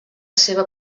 seva